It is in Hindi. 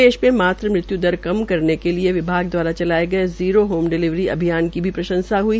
प्रदेश में मातू मृत्यु दर कम करने के लिए विभाग द्वारा चलाये गये जीरो होम डिलीवरी अभियान की भी प्रंशसा हई